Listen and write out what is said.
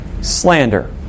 slander